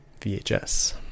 VHS